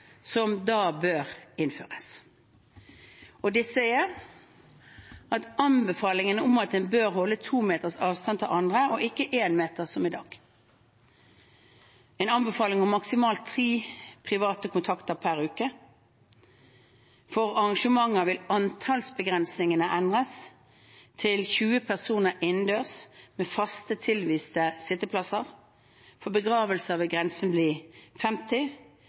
som da bør innføres. Det anbefales at en bør holde 2 meters avstand til andre, og ikke 1 meter som i dag. Det anbefales maksimalt ti private kontakter per uke. For arrangementer vil antallsbegrensningene endres til 20 personer innendørs med faste, tilviste sitteplasser, for begravelser vil grensen være 50.